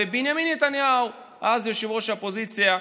בנימין נתניהו, אז יושב-ראש האופוזיציה,